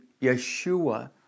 Yeshua